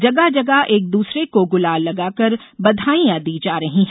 जगह जगह एक दूसरे को गुलाल लगाकर बधाईयां दी जा रही है